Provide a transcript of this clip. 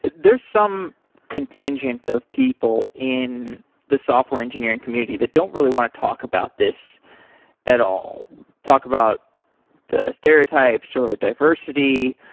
there's some contingent of people in the software engineering community that don't really want to talk about this at all talk about the stereotypes, or diversity.